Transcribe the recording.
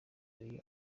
ariyo